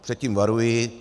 Před tím varuji.